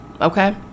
Okay